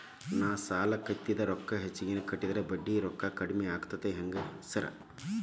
ನಾನ್ ಸಾಲದ ಕಂತಿನ ರೊಕ್ಕಾನ ಹೆಚ್ಚಿಗೆನೇ ಕಟ್ಟಿದ್ರ ಬಡ್ಡಿ ರೊಕ್ಕಾ ಕಮ್ಮಿ ಆಗ್ತದಾ ಹೆಂಗ್ ಸಾರ್?